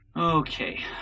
Okay